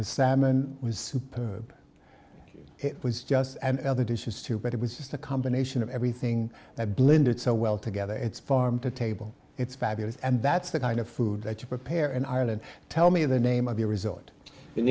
and salmon was it was just and other dishes too but it was just a combination of everything that blended so well together it's farm to table it's fabulous and that's the kind of food that you prepare in ireland tell me the name of the result in